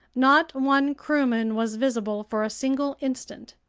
not one crewman was visible for a single instant.